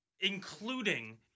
including